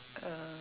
uh